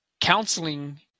counseling